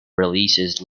releases